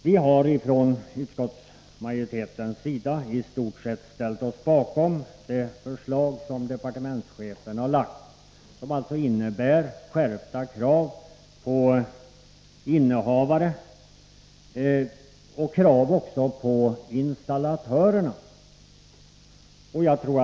Vi har från utskottsmajoritetens sida i stort sett ställt oss bakom det förslag som departementschefen har framlagt och som alltså innebär skärpta krav på innehavare och även på installatörer av larmanläggningar.